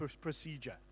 procedure